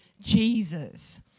Jesus